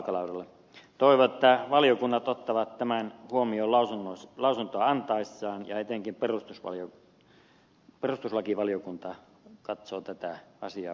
toivon että valiokunnat ottavat tämän huomioon lausuntoa antaessaan ja etenkin perustuslakivaliokunta katsoo tätä asiaa vakavasti